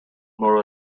more